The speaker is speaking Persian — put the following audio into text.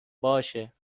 باشه